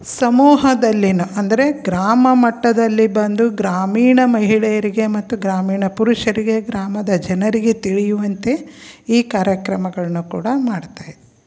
ಸಮೂಹದಲ್ಲಿನ ಅಂದರೆ ಗ್ರಾಮಮಟ್ಟದಲ್ಲಿ ಬಂದು ಗ್ರಾಮೀಣ ಮಹಿಳೆಯರಿಗೆ ಮತ್ತು ಗ್ರಾಮೀಣ ಪುರುಷರಿಗೆ ಗ್ರಾಮದ ಜನರಿಗೆ ತಿಳಿಯುವಂತೆ ಈ ಕಾರ್ಯಕ್ರಮಗಳನ್ನ ಕೂಡ ಮಾಡ್ತಾಯಿದೆ